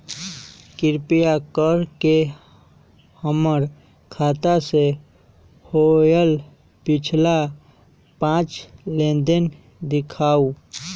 कृपा कर के हमर खाता से होयल पिछला पांच लेनदेन दिखाउ